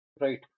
Right